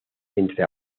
entre